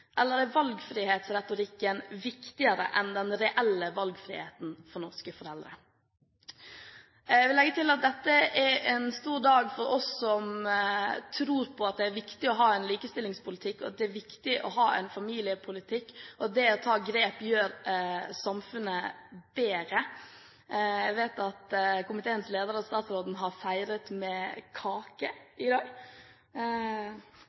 Eller er valgfrihetsretorikken viktigere enn den reelle valgfriheten for norske foreldre? Jeg vil legge til at dette er en stor dag for oss som tror på at det er viktig å ha en likestillingspolitikk, at det er viktig å ha en familiepolitikk, og at det å ta grep gjør samfunnet bedre. Jeg vet at komiteens leder og statsråden har feiret med kake